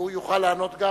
והוא יוכל לענות גם,